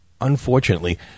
unfortunately